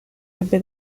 ebbe